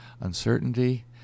uncertainty